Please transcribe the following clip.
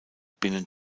binnen